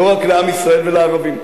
לא רק לעם ישראל ולערבים,